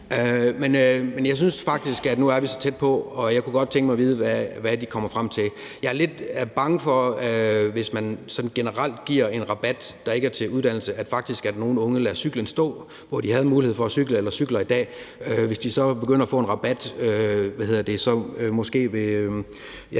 Men jeg synes faktisk, at vi nu er så tæt på, og jeg kunne godt tænke mig at vide, hvad det kommer frem til. Jeg er lidt bange for, hvis man sådan generelt giver en rabat, der ikke er målrettet uddannelse, at der faktisk er nogle unge, der lader cyklen stå, hvor de i dag cykler eller har en mulighed for at cykle. Hvis de så begynder at få en rabat, vil